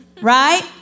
Right